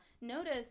Notice